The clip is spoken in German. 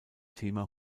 thema